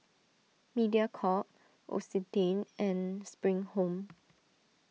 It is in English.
Mediacorp L'Occitane and Spring Home